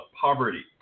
poverty